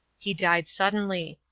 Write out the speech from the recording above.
he died suddenly.